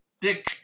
Dick